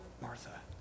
Martha